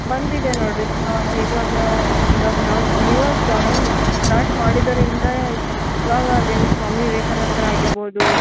ಬಂದಿದೆ ನೋಡಿರಿ ಇವಾಗ ಇವಾಗ ನಾವು ಇವಾಗ ಜಾಯಿನ್ ಸ್ಟಾಟ್ ಮಾಡಿದ್ದರಿಂದ ಇವಾಗ ಸ್ವಾಮಿ ವಿವೇಕನಂದ್ ಆಗಿರ್ಬೌದು